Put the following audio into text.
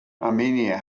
armenia